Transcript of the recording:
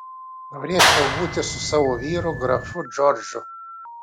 norėčiau būti su savo vyru grafu džordžu